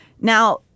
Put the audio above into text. Now